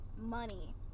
Money